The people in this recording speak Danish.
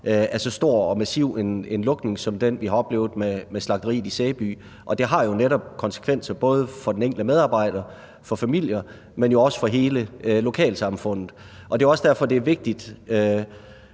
af så stor og massiv en lukning som den, vi har oplevet med slagteriet i Sæby. Det har jo netop konsekvenser både for den enkelte medarbejder og for familier, men jo også for hele lokalsamfundet. Det er også derfor, det efter